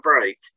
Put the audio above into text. break